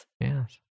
Yes